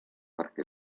perquè